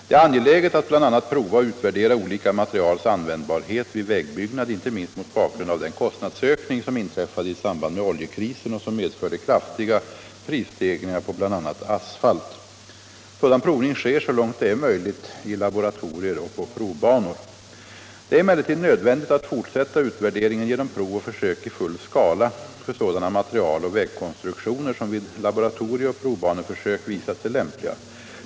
Det är angeläget att bl.a. prova och utvärdera olika materials användbarhet vid vägbyggnad, inte minst mot bakgrund av den kostnadsökning som inträffade i samband med oljekrisen och som medförde kraftiga prisstegringar på bl.a. asfalt. Sådan provning sker så långt det är möjligt i laboratorier och på provbanor. Det är emellertid nödvändigt att fortsätta utvärderingen genom prov och försök i full skala för sådana material och vägkonstruktioner som vid laboratorieoch provbaneförsök visat sig lämpliga.